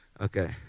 Okay